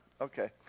Okay